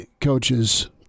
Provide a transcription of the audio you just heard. coaches